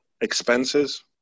expenses